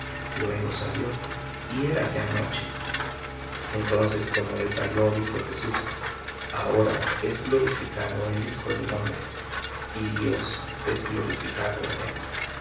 luego salió y era noche entonces como él salió dijo jesús ahora es glorificado el hijo del hombre y dios es glorificado en él